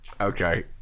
Okay